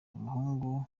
umuhungu